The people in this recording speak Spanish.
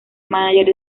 mánager